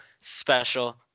special